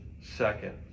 second